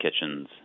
kitchens